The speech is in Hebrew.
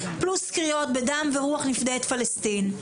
פלוס קריאות בדם ורוח נפדה את פלשתין.